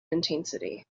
intensity